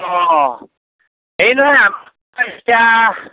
অঁ হেৰি নহয় আমাৰ এতিয়া